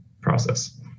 process